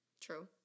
true